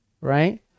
right